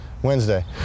Wednesday